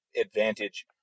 advantage